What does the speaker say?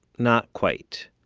not quite.